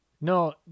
No